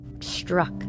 struck